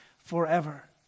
forever